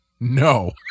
no